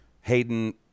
Hayden